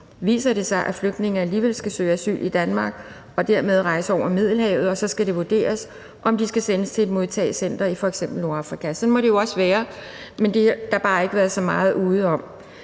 Viser det sig, at flygtningen alligevel skal søge asyl i Danmark og dermed rejse over Middelhavet, skal det vurderes, om flygtningen skal sendes til et modtagecenter i f.eks. Nordafrika. Sådan må det jo også være, men det har der bare ikke været så meget ude om.